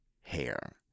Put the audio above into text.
hair